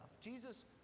Jesus